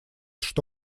что